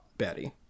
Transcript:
Betty